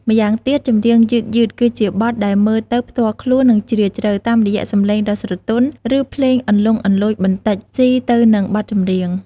ម្យ៉ាងទៀតចម្រៀងយឺតៗគឺជាបទដែលមើលទៅផ្ទាល់ខ្លួន និងជ្រាវជ្រៅ តាមរយៈសំឡេងដ៏ស្រទន់ ឬភ្លេងលន្លង់លន្លោចបន្តិចសុីទៅនឹងបទចម្រៀង។